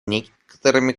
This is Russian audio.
некоторыми